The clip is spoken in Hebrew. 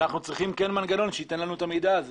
אנו צריכים כן מנגנון שייתן לנו את המידע הזה.